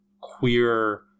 queer